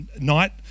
night